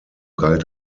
galt